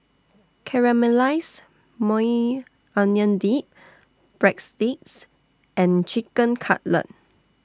Caramelized Maui Onion Dip Breadsticks and Chicken Cutlet